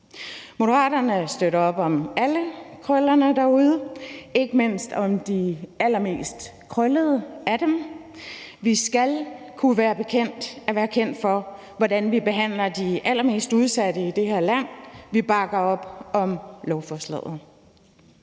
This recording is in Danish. Moderaterne støtter op om alle Krøllerne derude, ikke mindst om de allermest krøllede af dem. Vi skal kunne være bekendt at være kendt for, hvordan vi behandler de allermest udsatte i det her land. Vi bakker op om lovforslaget.